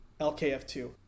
LKF2